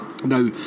Now